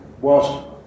whilst